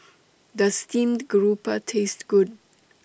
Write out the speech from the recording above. Does Steamed Garoupa Taste Good